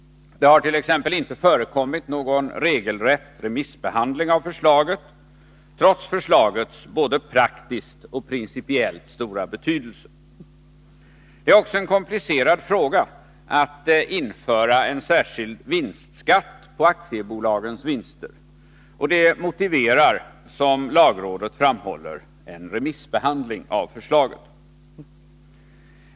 Det har t.ex. inte förekommit någon regelrätt remissbehandling av förslaget, trots förslagets både praktiskt och principiellt stora betydelse. Det är också en komplicerad fråga att införa en särskild vinstskatt på aktiebolagens vinster, och det motiverar, som lagrådet framhåller, en remissbehandling av förslaget.